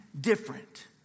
different